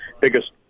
biggest –